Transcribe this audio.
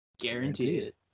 Guaranteed